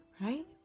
right